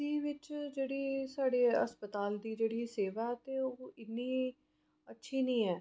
रियासी बिच्च जेह्ड़े साढ़े अस्पताल दी जेह्ड़ी सेवा ऐ ते ओह् इन्नी अच्छी नीं ऐ